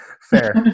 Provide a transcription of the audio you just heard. fair